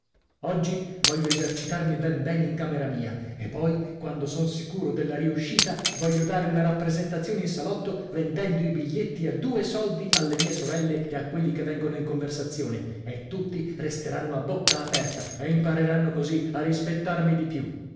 oggi voglio esercitarmi ben bene in camera mia e poi quando son sicuro della riuscita voglio dare una rappresentazione in salotto vendendo i biglietti a due soldi alle mie sorelle e a quelli che vengono in conversazione e tutti resteranno a bocca aperta e impareranno così a rispettarmi di più